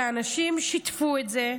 ואנשים שיתפו את זה,